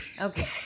Okay